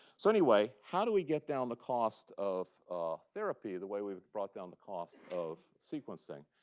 so anyway, how do we get down the cost of therapy the way we've brought down the cost of sequencing?